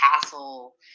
castle